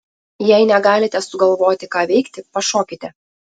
jei negalite sugalvoti ką veikti pašokite